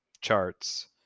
charts